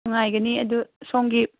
ꯅꯨꯡꯉꯥꯏꯒꯅꯤ ꯑꯗꯨ ꯁꯣꯝꯒꯤ